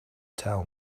tell